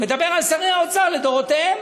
מדבר על שרי האוצר לדורותיהם.